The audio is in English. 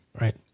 Right